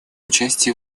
участие